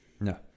No